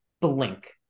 blink